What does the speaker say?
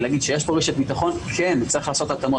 להגיד שיש פה רשת ביטחון וצריך לעשות התאמות